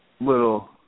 little